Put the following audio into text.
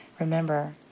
Remember